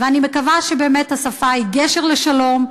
אני מקווה שבאמת השפה היא גשר לשלום,